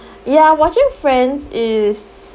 ya watching friends is